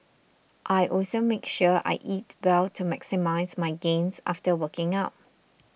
I also make sure I eat well to maximise my gains after working out